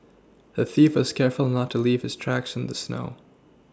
the thief was careful not to leave his tracks in the snow